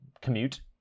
commute